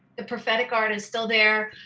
the prophetic art is still there.